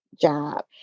job